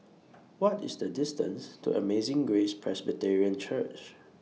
What IS The distance to Amazing Grace Presbyterian Church